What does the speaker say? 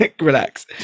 Relax